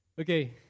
Okay